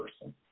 person